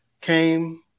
came